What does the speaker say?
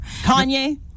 Kanye